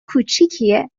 کوچیکیه